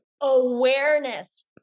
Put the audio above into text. awareness